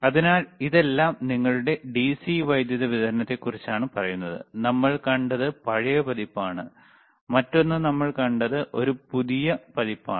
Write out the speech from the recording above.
അതിനാൽ ഇതെല്ലാം നിങ്ങളുടെ ഡിസി വൈദ്യുതി വിതരണത്തെക്കുറിച്ചാണ് പറയുന്നത് നമ്മൾ കണ്ടത് പഴയ പതിപ്പാണ് മറ്റൊന്ന് നമ്മൾ കണ്ടത് ഒരു പുതിയ പതിപ്പാണ്